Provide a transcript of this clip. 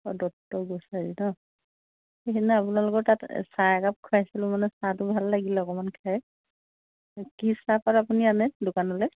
অঁ দত্ত গ্ৰোছাৰি ন সিদিনা আপোনালোকৰ তাত চাহ একাপ খুৱাইছিলোঁ মানে চাহটো ভাল লাগিলে অকণমান খাই কি চাহপাত আপুনি আনে দোকানলৈ